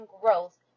growth